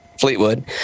Fleetwood